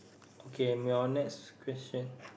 okay may your next question